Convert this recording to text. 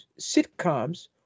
sitcoms